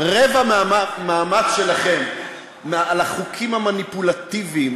רבע מהמאמץ שלכם על החוקים המניפולטיביים,